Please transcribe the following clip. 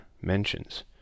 mentions